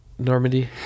Normandy